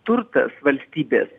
turtas valstybės